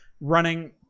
running